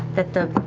that the